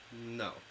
No